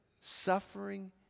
suffering